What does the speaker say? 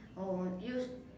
or use